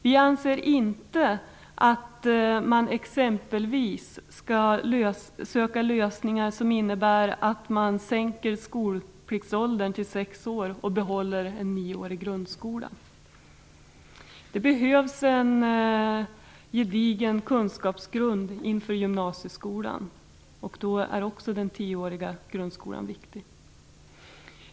Vi anser inte att man exempelvis skall söka lösningar som innebär att man sänker skolpliktsåldern till sex år och behåller en nioårig grundskola. Det behövs en gedigen kunskapsgrund inför gymnasieskolan. Då är den tioåriga grundskolan viktig.